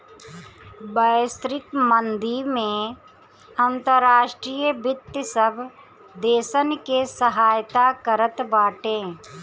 वैश्विक मंदी में अंतर्राष्ट्रीय वित्त सब देसन के सहायता करत बाटे